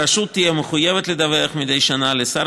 הרשות תהיה מחויבת לדווח מדי שנה לשר